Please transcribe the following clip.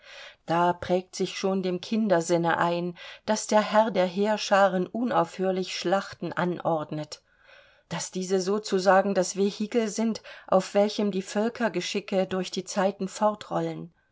da prägt sich schon dem kindersinne ein daß der herr der heerscharen unaufhörlich schlachten anordnet daß diese sozusagen das vehikel sind auf welchem die völkergeschicke durch die zeiten fortrollen